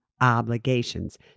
obligations